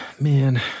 man